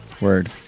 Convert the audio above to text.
Word